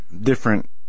different